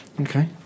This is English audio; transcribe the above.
Okay